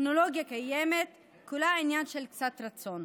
הטכנולוגיה קיימת, כולה עניין של קצת רצון.